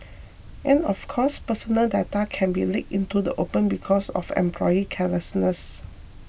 and of course personal data can be leaked into the open because of employee carelessness